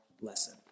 lesson